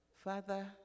Father